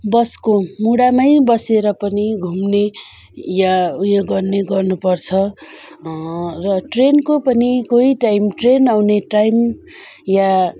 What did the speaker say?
बसको मुढामै बसेर पनि घुम्ने या उयो गर्ने गर्नुपर्छ र ट्रेनको कोही टाइम ट्रेन आउने टाइम या